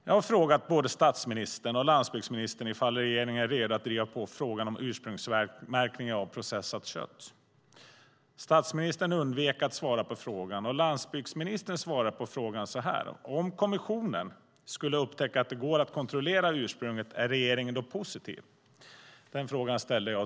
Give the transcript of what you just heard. Jag har frågat både statsministern och landsbygdsministern ifall regeringen är redo att driva på frågan om ursprungsmärkning av processat kött. Statsministern undvek att svara på frågan. Till landsbygdsministern ställde jag följande fråga vid EU-nämndens sammanträde: "Om kommissionen skulle upptäcka att det går att kontrollera ursprunget, är regeringen då positiv?"